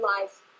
life